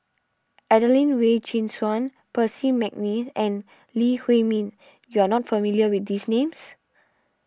Adelene Wee Chin Suan Percy McNeice and Lee Huei Min you are not familiar with these names